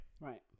Right